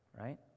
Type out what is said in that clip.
right